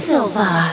Silva